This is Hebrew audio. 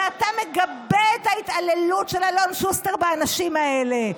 ואתה מגבה את ההתעללות של אלון שוסטר באנשים האלה.